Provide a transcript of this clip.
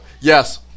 yes